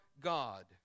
God